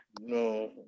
No